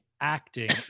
acting